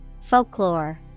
Folklore